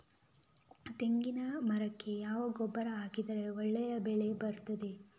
ತೆಂಗಿನ ಮರಕ್ಕೆ ಯಾವ ಗೊಬ್ಬರ ಹಾಕಿದ್ರೆ ಒಳ್ಳೆ ಬೆಳೆ ಬರ್ತದೆ?